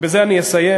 ובזה אני אסיים,